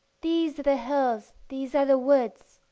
these are the hills, these are the woods,